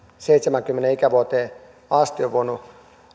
seitsemäänkymmeneen ikävuoteen asti on voinut